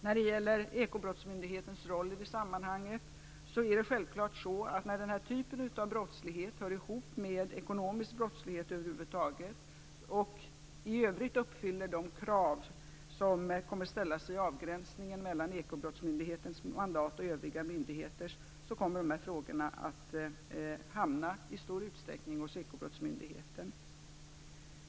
När det gäller ekobrottsmyndighetens roll i det sammanhanget är det självfallet så, att när den här typen av brottslighet hör ihop med ekonomisk brottslighet över huvud taget och i övrigt uppfyller de krav som kommer att ställas i avgränsningen mellan ekobrottsmyndighetens och övriga myndigheters mandat, kommer de här frågorna i stor utsträckning att hamna hos ekobrottsmyndigheten.